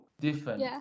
different